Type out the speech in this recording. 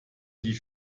die